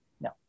no